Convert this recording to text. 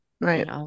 Right